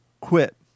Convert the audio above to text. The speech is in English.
quit